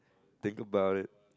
think about it